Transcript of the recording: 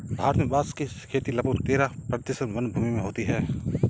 भारत में बाँस की खेती लगभग तेरह प्रतिशत वनभूमि में होती है